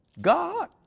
God